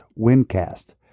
Windcast